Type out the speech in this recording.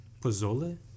Pozole